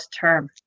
term